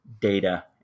data